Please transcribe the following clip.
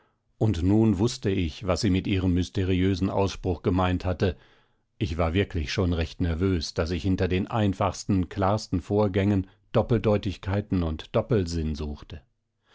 und nun wußte ich was sie mit ihrem mysteriösen ausspruch gemeint hatte ich war wirklich schon recht nervös daß ich hinter den einfachsten klarsten vorgängen doppeldeutigkeiten und doppelsinn suchte